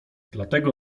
dlatego